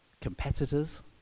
competitors